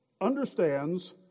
understands